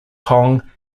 kong